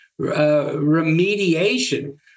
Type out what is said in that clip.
remediation